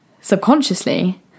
subconsciously